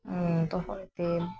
ᱛᱚᱨᱦᱚᱫ ᱤᱛᱤᱞ